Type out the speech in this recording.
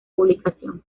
publicación